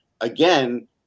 again